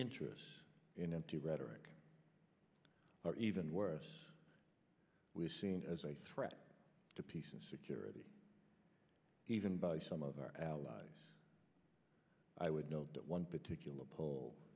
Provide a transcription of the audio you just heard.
interests in empty rhetoric even worse we are seen as a threat to peace and security even by some of our allies i would note that one particular pol